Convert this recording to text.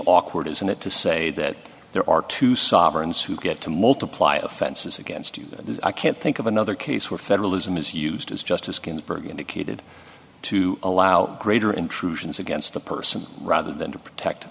awkward isn't it to say that there are two sovereigns who get to multiply offenses against you i can't think of another case where federalism is used as justice ginsburg indicated to allow greater intrusions against the person rather than to protect